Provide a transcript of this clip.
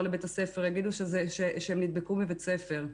לבית הספר יגידו שהם נדבקו בבית ספר.